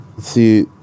See